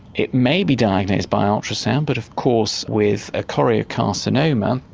it may be diagnosed by ultrasound, but of course with a choriocarcinoma,